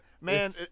Man